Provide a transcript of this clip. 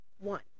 one